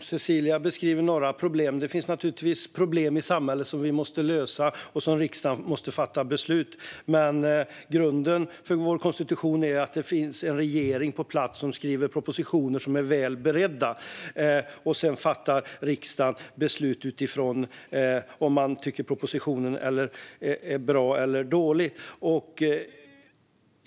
Cecilia beskriver några problem. Det finns naturligtvis problem i samhället som måste lösas och som riksdagen måste fatta beslut om. Men grunden för vår konstitution är att det ska finnas en regering på plats som skriver väl beredda propositioner. Sedan fattar riksdagen beslut utifrån om man tycker att propositionen är bra eller dålig.